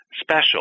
special